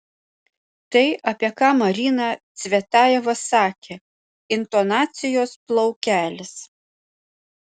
tai apie ką marina cvetajeva sakė intonacijos plaukelis